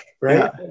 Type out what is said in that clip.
Right